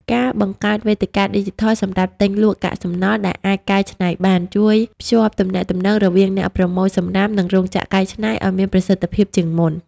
ការបង្កើតវេទិកាឌីជីថលសម្រាប់ទិញ-លក់កាកសំណល់ដែលអាចកែច្នៃបាន ជួយភ្ជាប់ទំនាក់ទំនងរវាងអ្នកប្រមូលសំរាម និងរោងចក្រកែច្នៃឱ្យមានប្រសិទ្ធភាពជាងមុន។